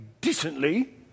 decently